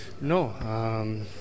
No